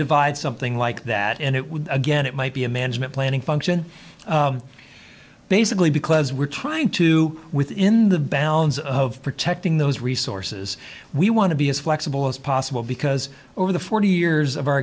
divide something like that and it would again it might be a management planning function basically because we're trying to within the bounds of protecting those resources we want to be as flexible as possible because over the forty years of our